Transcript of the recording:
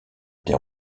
des